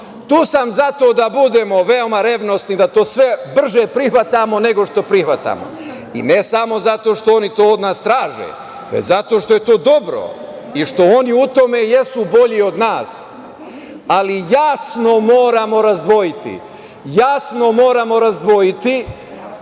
tu sam za to da budemo veoma revnosni da to sve brže prihvatamo nego što prihvatamo, i ne samo zato što oni to od nas traže, već zato što je to dobro i što oni u tome jesu bolji od nas. Ali, jasno moramo razdvojiti to polje tema